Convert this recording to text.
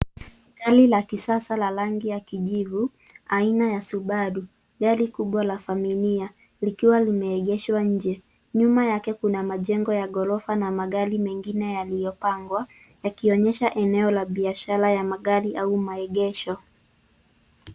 Gari la kisasa la rangi ya kijivu, aina ya Subaru , gari kubwa la familia, likiwa limeegeshwa nje. Nyuma yake kuna majengo ya ghorofa na magari mengine yaliopangwa, yakionyesha eneo la biashara ya magari au maegesho.